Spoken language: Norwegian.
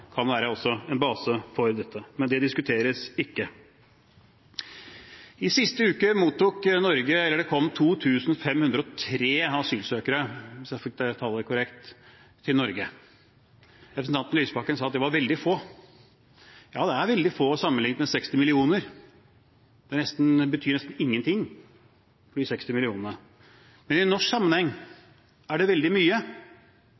kan også være en base for dette. Men det diskuteres ikke. Sist uke kom det 2 503 asylsøkere – hvis jeg fikk det tallet korrekt – til Norge. Representanten Lysbakken sa at det var veldig få. Ja, det er veldig få sammenlignet med 60 millioner. Det betyr nesten ingenting for de 60 millionene. Men i norsk sammenheng er det veldig mye.